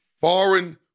foreign